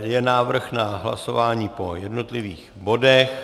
Je návrh na hlasování po jednotlivých bodech.